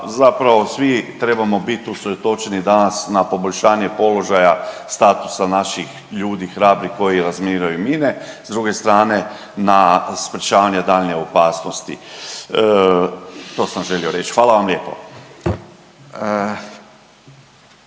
zapravo svi trebamo biti usredotočeni danas na poboljšanje položaja statusa naših ljudi hrabri koji razminiraju mine. S druge strane na sprječavanje daljnje opasnosti. To sam želio reći, hvala vam lijepo.